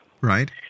Right